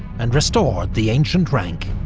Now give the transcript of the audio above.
and restored the ancient rank.